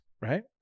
right